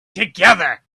together